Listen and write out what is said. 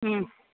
മ്മ്